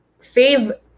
fave